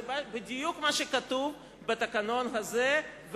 וזה בדיוק מה שכתוב בתקנון הזה,